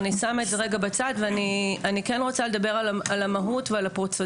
אני שמה את זה רגע בצד כדי לדבר על המהות והפרוצדורה.